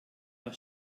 der